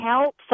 help